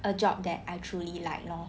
a job that I truly like lor